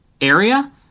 area